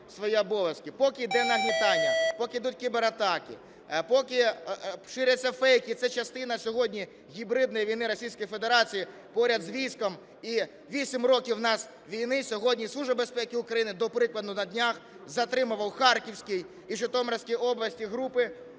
свої обов'язки, поки йде нагнітання, поки йдуть кібератаки, поки ширяться фейки, і це частина сьогодні гібридної війни Російської Федерації поряд з військом. І 8 років у нас війни… Сьогодні Служба безпеки України, до прикладу, на днях затримала у Харківській і Житомирській областях групи